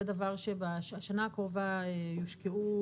בשנה הקרובה יושקעו,